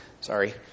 Sorry